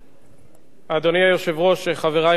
אדוני היושב-ראש, חברי חברי הכנסת,